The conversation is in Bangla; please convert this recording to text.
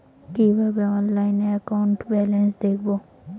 কিভাবে অনলাইনে একাউন্ট ব্যালেন্স দেখবো?